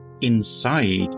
inside